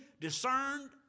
discerned